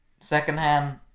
second-hand